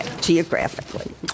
geographically